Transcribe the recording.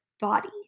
body